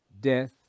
death